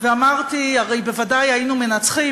ואמרתי: הרי בוודאי היינו מנצחים,